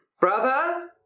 Brother